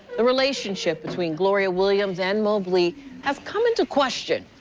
the relationship between gloria williams and mobley has come into question.